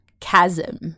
chasm